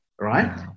right